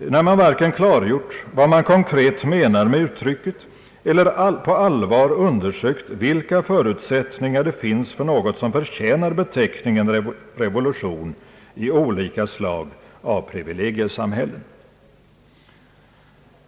när man varken klargjort vad man konkret menar med uttrycket eller på allvar undersökt vilka förutsättningar det finns för något som förtjänar beteckningen revolution i olika slag av privilegiesamhällen.